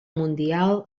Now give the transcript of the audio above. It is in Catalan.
mundial